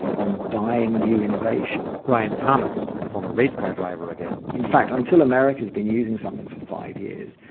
um buying new innovation brian thomas, the former race car driver, again in fact, until america's been using something for five years,